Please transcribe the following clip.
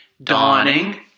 Dawning